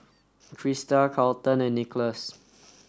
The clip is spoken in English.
Christa Carlton and Nicholas